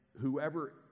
whoever